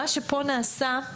מה שפה נעשה,